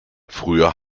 früher